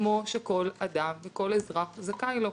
כמו שכל אדם וכל אזרח זכאי לו,